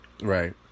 right